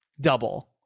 double